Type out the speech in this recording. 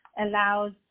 allows